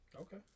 Okay